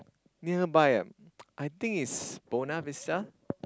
nearby ah I think is Buona-Vista